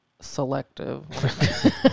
selective